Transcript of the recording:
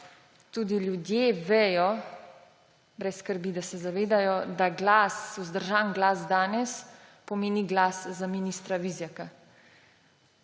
Tudi ljudje vedo, brez skrbi, da se zavedajo, da vzdržan glas danes pomeni glas za ministra Vizjaka.